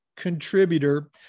Contributor